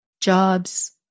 jobs